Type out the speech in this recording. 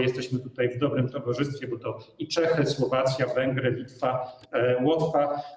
Jesteśmy tutaj w dobrym towarzystwie, bo to są Czechy, Słowacja, Węgry, Litwa i Łotwa.